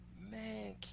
man